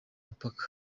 mupaka